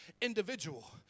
individual